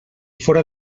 fóra